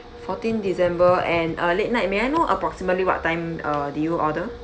fourteen december and uh late night may I know approximately what time uh did you order